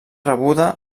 rebuda